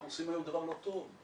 אנחנו עושים היום דבר לא טוב.